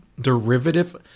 derivative